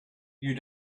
you